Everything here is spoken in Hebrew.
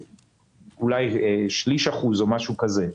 אולי שליש אחוז או משהו כזה.